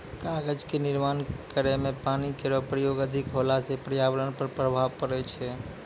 कागज क निर्माण करै म पानी केरो प्रयोग अधिक होला सँ पर्यावरण पर प्रभाव पड़ै छै